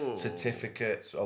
certificates